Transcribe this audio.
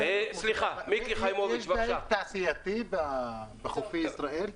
יש דייג תעשייתי בחופי ישראל?